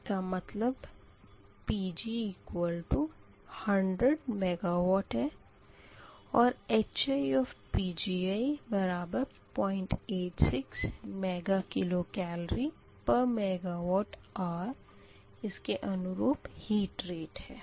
इसका मतलब Pg100 MW और HiPgi 086 MkCalMWHr इसके अनुरूप हीट रेट है